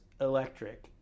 electric